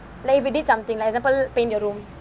like if you did something example paint your room